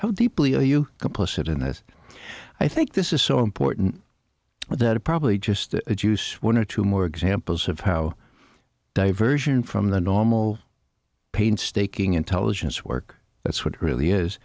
how deeply you complicit in this i think this is so important that it probably just use one or two more examples of how diversion from the normal painstaking intelligence work that's what really is